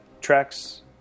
tracks